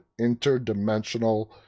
interdimensional